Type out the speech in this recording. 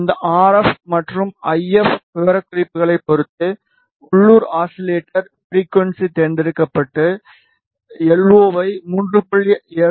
இந்த R F மற்றும் I F விவரக்குறிப்புகளைப் பொறுத்து உள்ளூர் ஆஸிலேட்டர் ஃபிரிகுவன்ஸி தேர்ந்தெடுக்கப்பட்டு எல்ஓவை 3